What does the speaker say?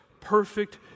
perfect